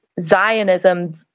Zionism